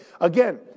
Again